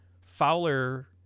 Fowler